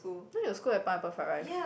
now you score at pineapple fried rice